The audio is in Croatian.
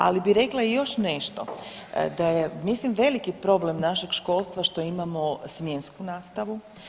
Ali bi rekla i još nešto da je mislim veliki problem našeg školstva što imamo smjensku nastavu.